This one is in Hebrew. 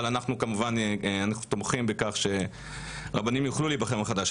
אבל אנחנו כמובן תומכים בכך שרבנים יוכלו להיבחר מחדש.